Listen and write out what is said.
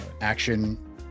action